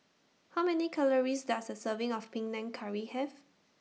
How Many Calories Does A Serving of Panang Curry Have